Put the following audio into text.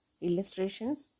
illustrations